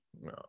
No